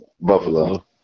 Buffalo